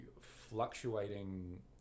fluctuating